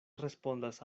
respondas